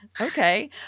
Okay